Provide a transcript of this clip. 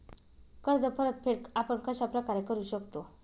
कर्ज परतफेड आपण कश्या प्रकारे करु शकतो?